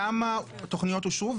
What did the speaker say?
כמה תוכניות אושרו,